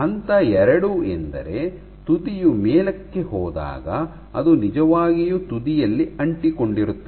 ಹಂತ ಎರಡು ಎಂದರೆ ತುದಿಯು ಮೇಲಕ್ಕೆ ಹೋದಾಗ ಅದು ನಿಜವಾಗಿಯು ತುದಿಯಲ್ಲಿ ಅಂಟಿಕೊಂಡಿರುತ್ತದೆ